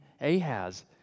Ahaz